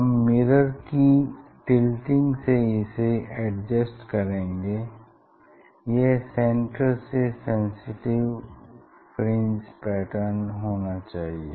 हम मिरर की टिल्टिंग से इसे एडजस्ट करेंगे यह सेन्टर से सिमेट्रिक फ्रिंज पैटर्न होना चाहिए